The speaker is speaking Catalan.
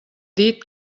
dit